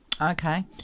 Okay